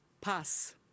pass